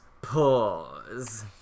pause